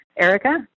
Erica